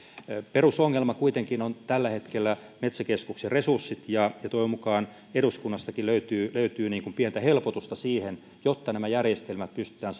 perusongelma kuitenkin on tällä hetkellä metsäkeskuksen resurssit ja toivon mukaan eduskunnastakin löytyy löytyy pientä helpotusta siihen jotta nämä järjestelmät pystytään